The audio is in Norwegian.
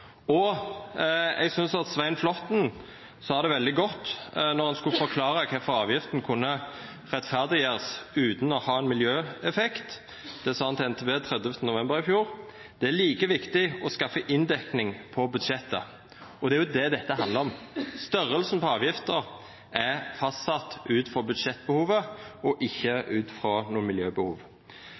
Eg synest at Svein Flåtten sa det veldig godt då han skulle forklara kvifor avgifta kunne rettferdiggjerast utan å ha miljøeffekt. Dette sa han til NTB den 30. november i fjor: «det er like viktig å skaffe inndekning på budsjettet». Og det er det dette handlar om. Storleiken på avgifter er fastsett ut frå budsjettbehovet, ikkje ut frå noko miljøbehov.